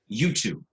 YouTube